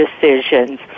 decisions